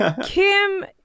Kim